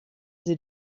sie